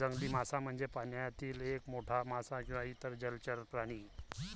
जंगली मासा म्हणजे पाण्यातील एक मोठा मासा किंवा इतर जलचर प्राणी